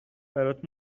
برات